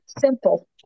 simple